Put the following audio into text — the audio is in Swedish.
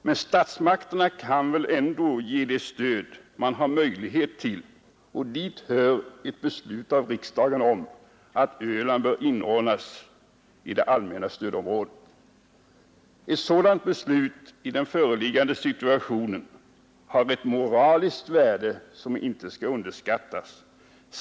Men statsmakterna kan väl ge det stöd de har möjlighet till, och dit hör ett ett beslut av riksdagen om att Öland bör inordnas i det allmänna stödområdet. Ett sådant beslut i den föreliggande situationen har ett moraliskt värde, som inte skall underskattas.